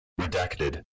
Redacted